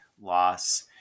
loss